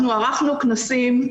ערכנו כנסים,